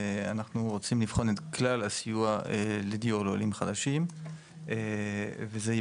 אנחנו רוצים לבחון את כלל הסיוע לדיור לעולים חדשים וזה יהיה